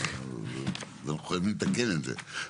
אנחנו חייבים לתקן את זה.